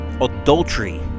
adultery